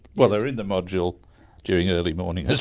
well, they were in the module during early morning